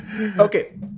okay